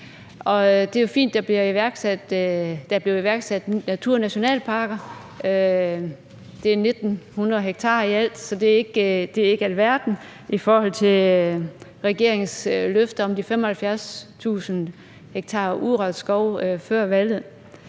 der bliver iværksat natur- og nationalparker, det er i alt 1.900 ha, så det er ikke alverden i forhold til regeringens løfter før valget om 75.000 ha urørt skov.